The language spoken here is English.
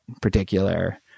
particular